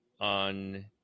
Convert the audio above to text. on